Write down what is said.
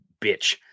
bitch